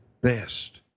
best